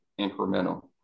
incremental